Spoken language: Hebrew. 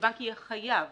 שהבנק יהיה חייב